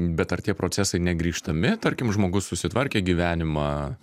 bet ar tie procesai negrįžtami tarkim žmogus susitvarkė gyvenimą